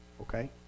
Okay